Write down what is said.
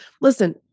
listen